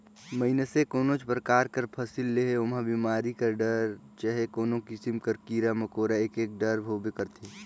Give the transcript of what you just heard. मइनसे कोनोच परकार कर फसिल लेहे ओम्हां बेमारी कर डर चहे कोनो किसिम कर कीरा मकोरा होएक डर होबे करथे